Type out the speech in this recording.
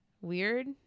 weird